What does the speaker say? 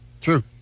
True